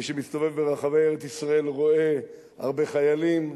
מי שמסתובב ברחבי ארץ-ישראל רואה הרבה חיילים,